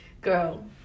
Girl